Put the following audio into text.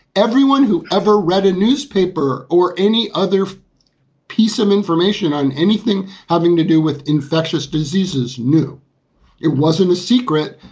everyone who ever read a newspaper or any other piece of information on. thing having to do with infectious diseases knew it wasn't a secret.